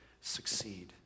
succeed